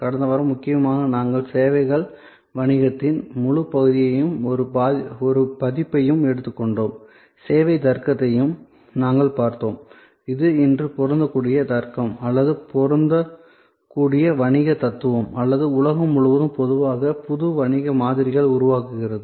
கடந்த வாரம் முக்கியமாக நாங்கள் சேவைகள் வணிகத்தின் முழுப் பகுதியையும் ஒரு பதிப்பையும் எடுத்துக்கொண்டோம் சேவை தர்க்கத்தையும் நாங்கள் பார்த்தோம் இது இன்று பொருந்தக்கூடிய தர்க்கம் அல்லது பொருந்தக்கூடிய வணிக தத்துவம் அல்லது உலகம் முழுவதும் பொதுவாக புதிய வணிக மாதிரிகளை உருவாக்குகிறது